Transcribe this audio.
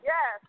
Yes